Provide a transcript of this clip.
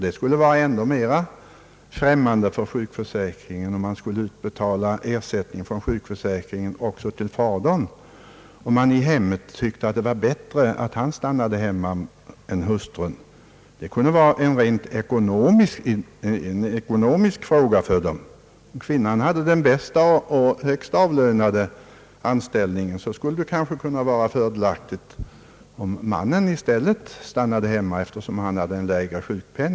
Det skulle vara ännu mer främmande för sjukförsäkringen om man skulle betala ersättning också till fadern om man i hemmet ansåg det vara bättre att han stannade hemma i «stället för modern. Det kan vara en rent ekonomisk fråga för föräldrarna. Om kvinnan har den bästa och högst avlönade anställningen skulle det kanske kunna vara fördelaktigt att mannen stannade hemma, eftersom han har den lägre inkomsten.